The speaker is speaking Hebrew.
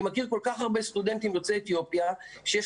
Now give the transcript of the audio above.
אני מכיר כל כך הרבה סטודנטים יוצאי אתיופיה שגרים